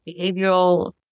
behavioral